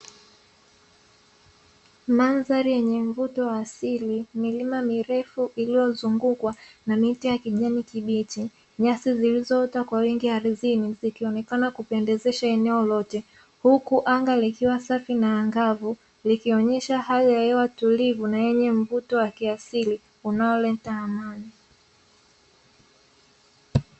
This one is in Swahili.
Manadari yenye mvuto wa asili milima mirefu iliyozungukwa na miti ya kijani kibichi, nyasi zilizoota kwa wingi ardhini zikionekana kupendezesha eneo lote, huku anga likiwa safi na angavu likionyesha hali ya hewa tulivu na yenye mvuto wa kiasili unaoleta amani.